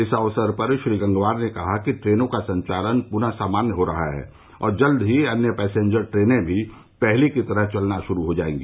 इस अवसर पर श्री गंगवार ने कहा कि ट्रेनों का संचालन पुनः सामान्य हो रहा है और जल्द ही अन्य पैसेंजर ट्रेनें भी पहले की तरह चलना शुरू हो जायेंगी